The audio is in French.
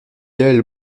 yaël